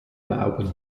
glauben